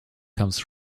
comes